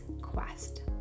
quest